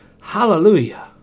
Hallelujah